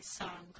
song